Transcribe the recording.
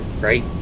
right